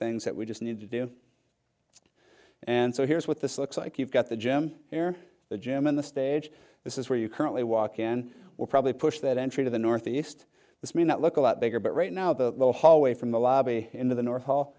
things that we just need to do and so here's what this looks like you've got the gym where the gym and the stage this is where you currently walk in or probably push that entry to the northeast this may not look a lot bigger but right now the hallway from the lobby into the north hall